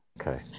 Okay